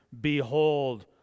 Behold